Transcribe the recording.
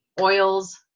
oils